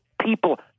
people